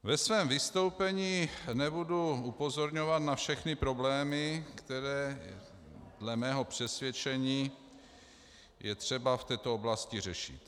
Ve svém vystoupení nebudu upozorňovat na všechny problémy, které dle mého přesvědčení je třeba v této oblasti řešit.